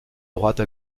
droite